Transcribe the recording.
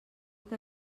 que